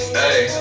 hey